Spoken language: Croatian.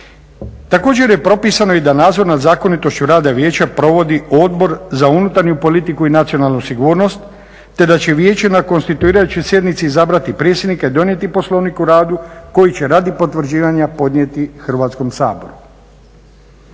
Također je propisano i da nadzor nad zakonitošću rade vijeća provodi Odbor za unutarnju politiku i nacionalnu sigurnost, te da će vijeće na konstituirajućoj sjednici izabrati predsjednika i dodatni poslovnik o radu koji će radi potvrđivanja podnijeti Hrvatskom saboru.